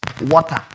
water